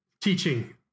teaching